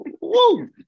Woo